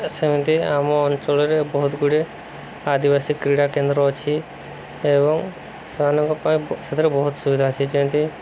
ସେମିତି ଆମ ଅଞ୍ଚଳରେ ବହୁତ ଗୁଡ଼ିଏ ଆଦିବାସୀ କ୍ରୀଡ଼ା କେନ୍ଦ୍ର ଅଛି ଏବଂ ସେମାନଙ୍କ ପାଇଁ ସେଥିରେ ବହୁତ ସୁବିଧା ଅଛି ଯେମିତି